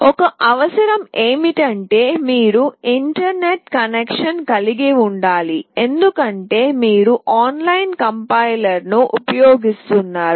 ఒకే అవసరం ఏమిటంటే మీరు ఇంటర్ నెట్ కనెక్షన్ కలిగి ఉండాలి ఎందుకంటే మీరు ఆన్లైన్ కంపైలర్ను ఉపయోగిస్తున్నారు